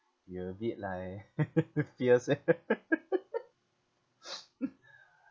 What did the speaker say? you're a bit like fierce eh